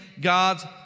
God's